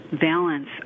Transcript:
balance